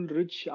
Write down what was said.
rich